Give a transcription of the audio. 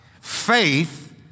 Faith